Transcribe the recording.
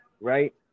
right